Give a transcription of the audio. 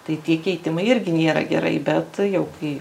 tai tie keitimai irgi nėra gerai bet jau kai